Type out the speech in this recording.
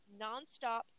nonstop